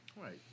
Right